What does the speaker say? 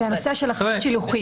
זה הנושא של אחריות שילוחית,